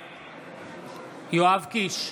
בעד יואב קיש,